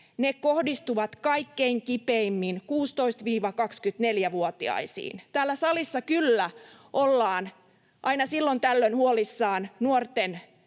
kohdistuvat kaikkein kipeimmin 16—24-vuotiaisiin. Täällä salissa kyllä ollaan aina silloin tällöin huolissaan nuorten